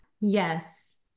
Yes